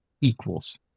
equals